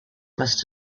must